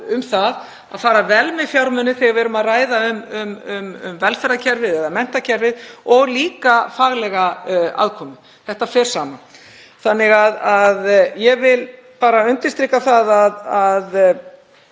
um það að fara vel með fjármuni þegar við erum að ræða um velferðarkerfið eða menntakerfið og líka faglega aðkomu. Þetta fer saman. Ég vil bara undirstrika að ég